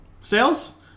Sales